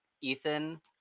Ethan